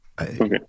okay